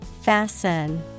Fasten